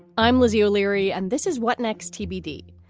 i'm lizzie o'leary and this is what next tbd,